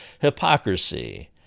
hypocrisy